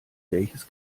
welches